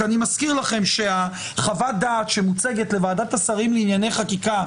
אני מזכיר לכם שחוות הדעת שמוצגת לוועדת השרים לענייני חקיקה,